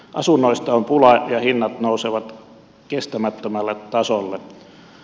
asunnoista on pulaa ja hinnat nousevat kestämättömälle tasolle